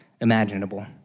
imaginable